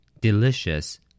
Delicious